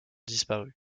disparu